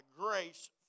grace